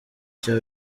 cya